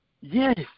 Yes